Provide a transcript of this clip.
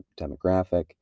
demographic